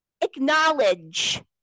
Acknowledge